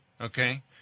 okay